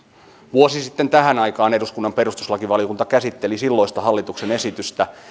vuosi sitten tähän aikaan eduskunnan perustuslakivaliokunta käsitteli silloista hallituksen esitystä